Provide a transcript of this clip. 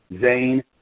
Zane